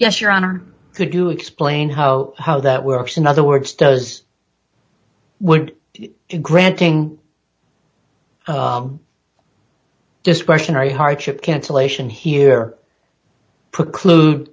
yes your honor could you explain how how that works in other words does would granting discretionary hardship cancellation here put klu